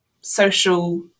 social